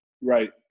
Right